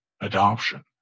adoption